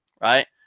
right